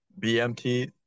BMT